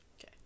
Okay